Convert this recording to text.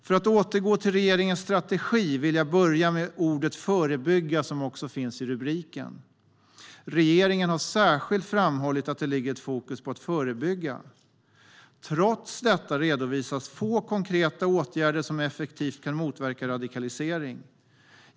För att återgå till regeringens strategi vill jag börja med ordet "förebygga", som också finns i rubriken. Regeringen har särskilt framhållit att det ligger ett fokus på att förebygga. Trots detta redovisas få konkreta åtgärder som effektivt kan motverka radikalisering.